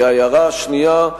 ההערה השנייה,